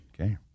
Okay